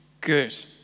good